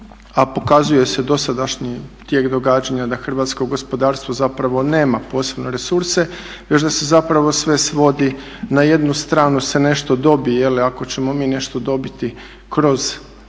a pokazuje se dosadašnji tijek događanja da hrvatsko gospodarstvo zapravo nema posebne resurse, već da se zapravo sve svodi na jednu stranu se nešto dobije, je li ako ćemo mi nešto dobiti kroz tu